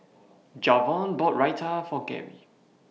Javon bought Raita For Gary